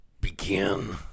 begin